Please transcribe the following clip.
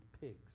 pigs